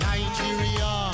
Nigeria